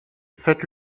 faites